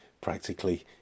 practically